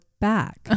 back